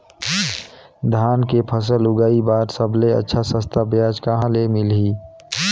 धान के फसल उगाई बार सबले अच्छा सस्ता ब्याज कहा ले मिलही?